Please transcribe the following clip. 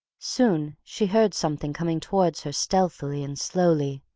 soon she heard something coming towards her stealthily and slowly.